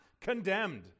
condemned